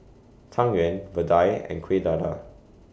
Tang Yuen Vadai and Kueh Dadar